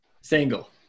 Single